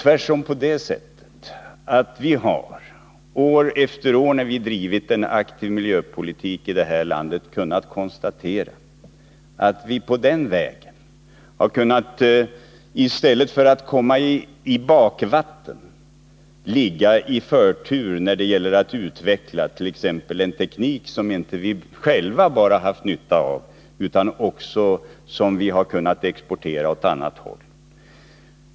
Vi har år efter år, när vi drivit en aktiv miljöpolitik i det här landet, kunnat konstatera att vi i stället för att komma i bakvatten har kunnat ligga i förtur när det gällt att utveckla t.ex. en ny teknik. Det har inte bara vi själva haft nytta av utan vi har också kunnat exportera tekniken åt annat håll.